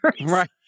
Right